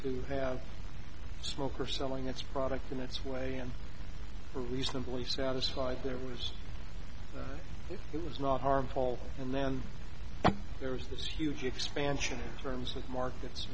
to have a smoker selling its product in its way and for reasonably satisfied there was it was not harmful and then there was this huge expansion terms of markets